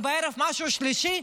ובערב משהו שלישי,